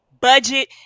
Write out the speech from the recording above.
budget